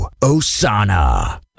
Osana